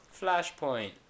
flashpoint